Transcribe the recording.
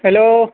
hello